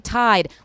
tied